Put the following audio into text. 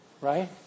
right